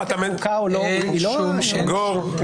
גור.